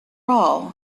all